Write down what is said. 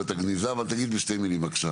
הגניזה, אבל תגיד בשתי מילים בבקשה.